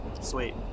Sweet